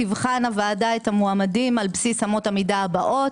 תבחן הוועדה את המועמדים על בסיס אמות המידה הבאות: